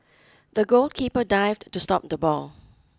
the goalkeeper dived to stop the ball